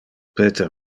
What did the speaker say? peter